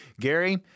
Gary